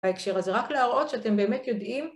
ההקשר הזה, רק להראות שאתם באמת יודעים.